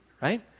right